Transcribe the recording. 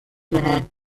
کنند